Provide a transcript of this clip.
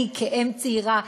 אני כאם צעירה,